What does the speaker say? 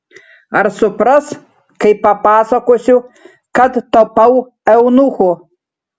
ar supras kai papasakosiu kad tapau eunuchu